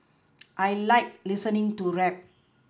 I like listening to rap